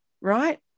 Right